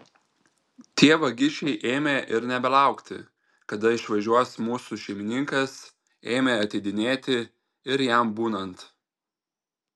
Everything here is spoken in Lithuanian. tie vagišiai ėmė ir nebelaukti kada išvažiuos mūsų šeimininkas ėmė ateidinėti ir jam būnant